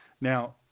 Now